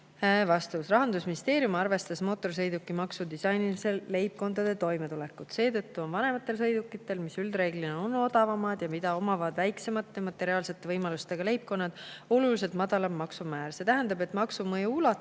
Vastus. Rahandusministeerium arvestas mootorsõidukimaksu disainimisel leibkondade toimetulekut. Seetõttu on vanematel sõidukitel, mis üldreeglina on odavamad ja mida omavad väiksemate materiaalsete võimalustega leibkonnad, oluliselt madalam maksumäär. See tähendab, et maksu mõju ulatus